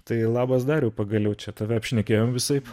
tai labas dariau pagaliau čia tave apšnekėjom visaip